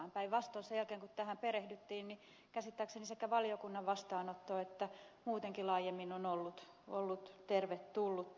päinvastoin sen jälkeen kun tähän perehdyttiin niin käsittääkseni sekä valiokunnan vastaanotto että vastaanotto muutenkin laajemmin on toivottanut tämän tervetulleeksi